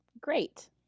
great